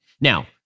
Now